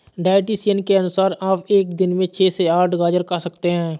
dietitian के अनुसार आप एक दिन में छह से आठ गाजर खा सकते हैं